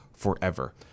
forever